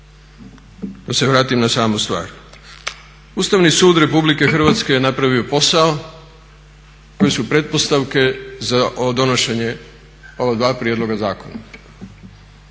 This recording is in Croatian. Da se vratim na samu stvar, Ustavni sud RH je napravio posao koji su pretpostavke za donošenje ova dva prijedloga zakona.